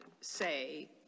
say